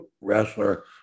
wrestler